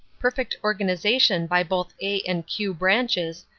perfect organization by both a and q branches,